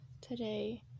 today